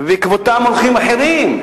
ובעקבותיו הולכים אחרים.